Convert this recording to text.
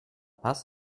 paz